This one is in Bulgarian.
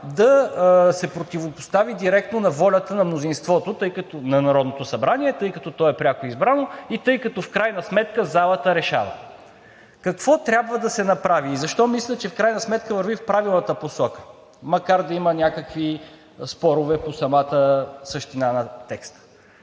да се противопостави директно на волята на мнозинството на Народното събрание, тъй като то е пряко избрано и тъй като в крайна сметка залата решава. Какво трябва да се направи и защо мисля, че в крайна сметка върви в правилната посока, макар да има някакви спорове по самата същина на текста?